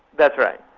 that's right.